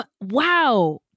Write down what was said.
Wow